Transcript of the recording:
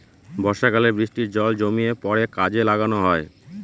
বর্ষাকালে বৃষ্টির জল জমিয়ে পরে কাজে লাগানো হয়